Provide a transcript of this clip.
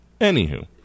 Anywho